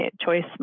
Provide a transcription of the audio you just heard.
Choice